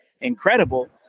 incredible